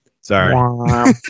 Sorry